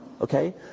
okay